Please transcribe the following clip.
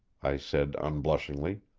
i said unblushingly.